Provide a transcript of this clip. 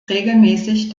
regelmäßig